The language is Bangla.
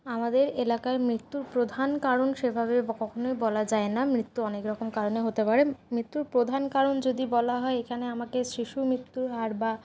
আমাদের এলাকায় মৃত্যুর প্রধান কারণ সেভাবে কখনই বলা যায় না মৃত্যু অনেক রকম কারণে হতে পারে মৃত্যুর প্রধান কারণ যদি বলা হয় এখানে আমাকে শিশুমৃত্যুর হার বা